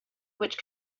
which